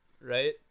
Right